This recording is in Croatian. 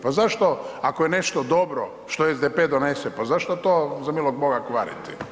Pa zašto ako je nešto dobro što SDP donese, pa zašto to za milog boga kvariti.